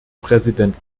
präsident